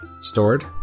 stored